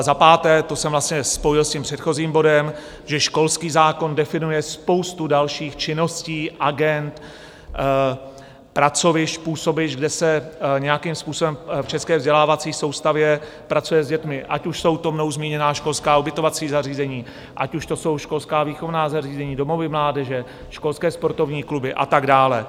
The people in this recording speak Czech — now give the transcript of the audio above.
Za páté, to jsem vlastně spojil s předchozím bodem, že školský zákon definuje spoustu dalších činností, agend, pracovišť, působišť, kde se nějakým způsobem v české vzdělávací soustavě pracuje s dětmi, ať už jsou to mnou zmíněná školská ubytovací zařízení, ať už to jsou školská výchovná zařízení, domovy mládeže, školské sportovní kluby a tak dále.